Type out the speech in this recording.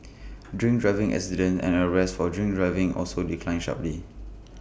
drink driving accidents and arrests for drink driving also declined sharply